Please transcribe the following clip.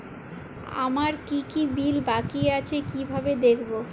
আমার কি কি বিল বাকী আছে কিভাবে দেখবো?